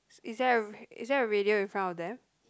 is there a is there a radio in front of them